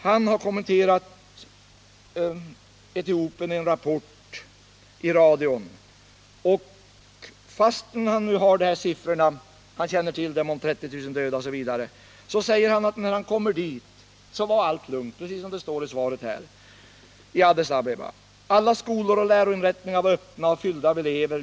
Han har kommenterat Etiopienrapporten i radio, och fastän han hade tillgång till siffrorna om 30 000 döda säger han, att då han kom dit var allt lugnt i Addis Abeba, precis som det stod i svaret. Alla skolor och läroinrättningar var öppna och fyllda av elever.